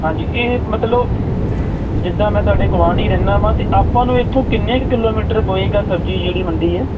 ਹਾਂਜੀ ਇਹ ਮਤਲਬ ਜਿੱਦਾਂ ਮੈਂ ਤੁਹਾਡੇ ਗਵਾਂਢ ਹੀ ਰਹਿੰਦਾ ਵਾਂ ਤੇ ਆਪਾਂ ਨੂੰ ਇਥੋਂ ਕਿੰਨੇ ਕ ਕਿਲੋਮੀਟਰ ਪਵੇਗਾ ਸਬਜੀ ਜਿਹੜੀ ਮੰਡੀ ਐ